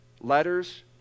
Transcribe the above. letters